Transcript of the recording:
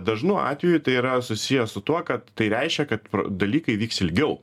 dažnu atveju tai yra susiję su tuo kad tai reiškia kad dalykai vyks ilgiau